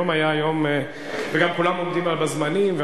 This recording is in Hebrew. וגם כולם עומדים בזמנים,